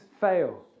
fail